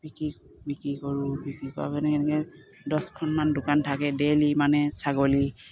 বিক্ৰী বিক্ৰী কৰোঁ বিক্ৰী কৰা মানে এনেকৈ দহখনমান দোকান থাকে ডেইলী মানে ছাগলী